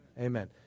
Amen